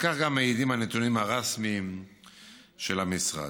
על כך מעידים גם הנתונים הרשמיים של המשרד.